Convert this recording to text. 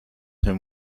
him